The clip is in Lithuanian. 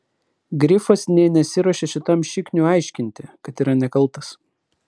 grifas nė nesiruošė šitam šikniui aiškinti kad yra nekaltas